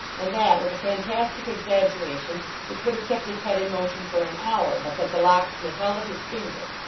and that with a fantastic exaggeration which would have kept his head in motion for an hour, but that the locksmith held up his finger,